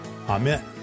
Amen